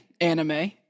anime